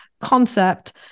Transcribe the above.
concept